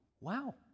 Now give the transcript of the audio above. wow